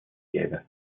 gäbe